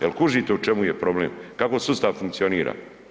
Jel kužite u čemu je problem kako sustav funkcionira?